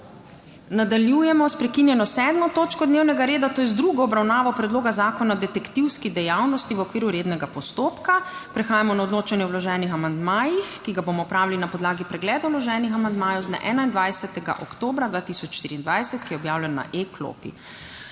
Nadaljujemo s prekinjeno 7. točko dnevnega reda, to je z drugo obravnavo Predloga zakona o detektivski dejavnosti v okviru rednega postopka. Prehajamo na odločanje o vloženih amandmajih, ki ga bomo opravili na podlagi pregleda vloženih amandmajev z dne 21. oktobra 2024, ki je objavljen na e-klopi.